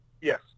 Yes